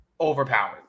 overpowered